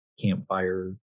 campfire